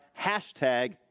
hashtag